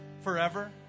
forever